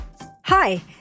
Hi